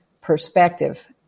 perspective